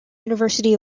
university